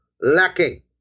lacking